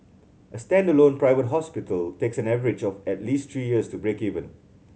a standalone private hospital takes an average of at least three years to break even